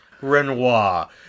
Renoir